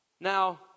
Now